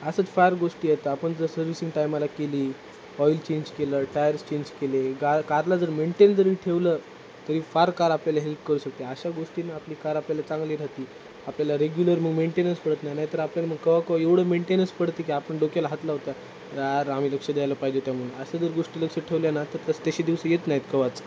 असंच फार गोष्टी आहेत आपण जर सर्व्हिसिंग टायमाला केली ऑईल चेंज केलं टायर्स चेंज केले गा कारला जर मेंटेन जरी ठेवलं तरी फार कार आपल्याला हेल्प करू शकते अशा गोष्टीनं आपली कार आपल्याला चांगली राहाते आपल्याला रेग्युलर मग मेंटेन्स पडत नाही नाहीतर आपल्याला मग केव्हा केव्हा एवढं मेंटेन्स पडते की आपण डोक्याला हात लावतो यार आम्ही लक्ष द्यायला पाहिजे त्यामुळे अशा जर गोष्टी लक्षात ठेवल्या ना तर तस तसे दिवस येत नाही आहेत केव्हाच